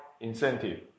incentive